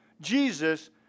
Jesus